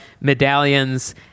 medallions